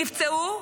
נפצעו,